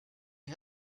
you